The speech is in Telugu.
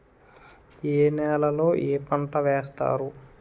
ఏ నేలలో ఏ పంట వేస్తారు?